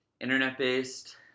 internet-based